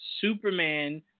Superman